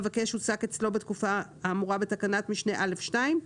לפיהם המבקש הועסק אצלו בתקופה האמורה בתקנת משנה (א)(2),